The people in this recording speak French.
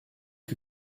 que